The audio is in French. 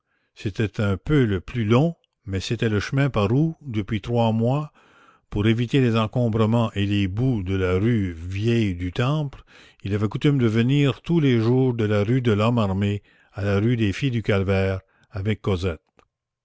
c'était un peu le plus long mais c'était le chemin par où depuis trois mois pour éviter les encombrements et les boues de la rue vieille du temple il avait coutume de venir tous les jours de la rue de lhomme armé à la rue des filles du calvaire avec cosette